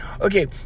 Okay